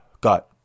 got